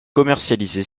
commercialisé